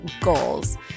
goals